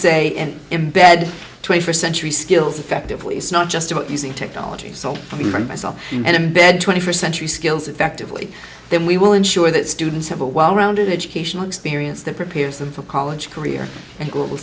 embed twenty first century skills effectively it's not just about using technology for me from myself and embed twenty first century skills effectively then we will ensure that students have a well rounded educational experience that prepares them for college career and global